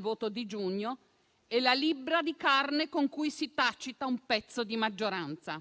voto di giugno, è la libbra di carne con cui si tacita un pezzo di maggioranza.